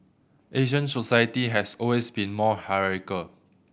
Asian society has always been more hierarchical